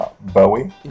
Bowie